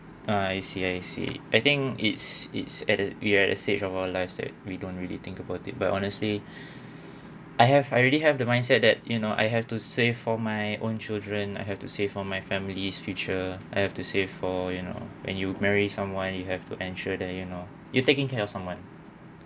I see I see I think it's it's at a we're at the stage of our life said we don't really think about it but honestly I have I already have the mindset that you know I have to save for my own children I have to say for my family's future I have to save for you know when you marry someone you have to ensure that you know you taking care of someone